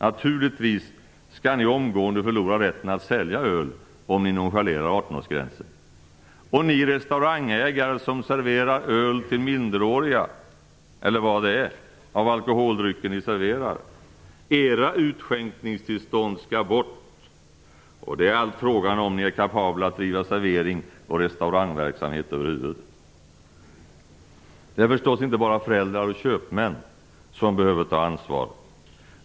Naturligtvis skall ni omgående förlora rätten att sälja öl, om ni nonchalerar 18-årsgränsen. Och ni restaurangägare som serverar öl eller andra alkoholdrycker till minderåriga: Era utskänkningstillstånd skall bort, och det är allt fråga om ni är kapabla att bedriva servering och restaurangverksamhet över huvud taget. Det är förstås inte bara föräldrar och köpmän som behöver ta ansvar.